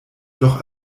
doch